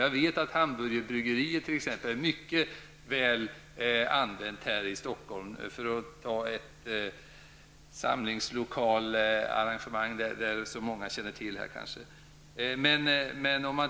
Jag vet att t.ex. Hamburgerbryggeriet är mycket väl använt i Stockholm, för att ta ett exempel som många känner till.